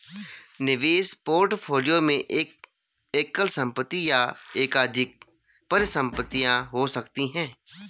निवेश पोर्टफोलियो में एक एकल संपत्ति या एकाधिक परिसंपत्तियां हो सकती हैं